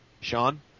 Sean